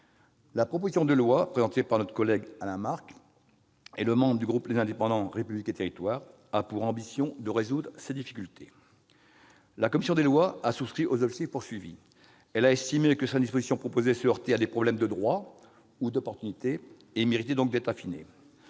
La proposition de loi présentée par notre collègue Alain Marc et les membres du groupe Les Indépendants-République et Territoires a pour ambition de résoudre ces difficultés. La commission des lois a souscrit aux objectifs recherchés, mais elle a estimé que certaines dispositions proposées se heurtaient à des problèmes de droit ou d'opportunité et méritaient donc d'être affinées.